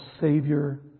Savior